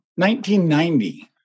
1990